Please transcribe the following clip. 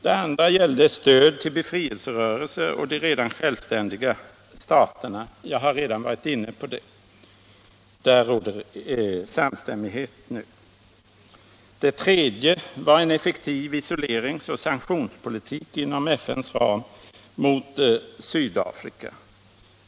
Det andra gällde stöd till befrielserörelser och till de redan självständiga staterna i södra Afrika. Jag har redan varit inne på det. Där råder stor samstämmighet nu. Det tredje var en effektiv isoleringsoch sanktionspolitik inom FN:s ram mot Sydafrika.